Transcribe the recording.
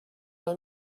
what